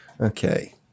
okay